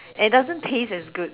and it doesn't taste as good